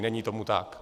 Není tomu tak.